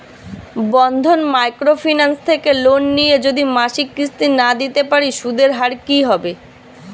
বন্ধন microfinance থেকে loan নিয়ে যদি মাসিক কিস্তি না দিতে পারি সুদের হার কি হবে?